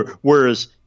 whereas